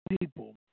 people